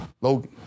Logan